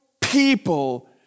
people